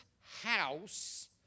house